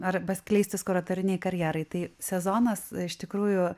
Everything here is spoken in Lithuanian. arba skleistis kuratorinei karjerai tai sezonas iš tikrųjų